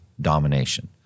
domination